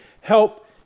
help